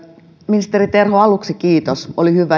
ministeri terho aluksi kiitos oli hyvä ja tärkeää että